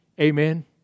Amen